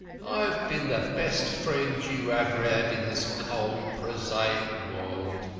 i have been the best friend you ever had in this cold, prosaic world.